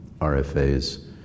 RFAs